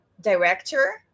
director